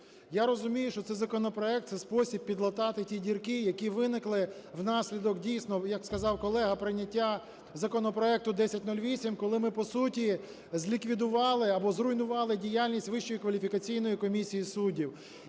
Я розумію, що це законопроект - це спосіб підлатати ті дірки, які виникли внаслідок, дійсно, як сказав колега, прийняття законопроекту 1008, коли ми, по суті, зліквідували або зруйнували